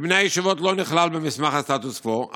בני הישיבות לא נכללו במסמך הסטטוס קוו,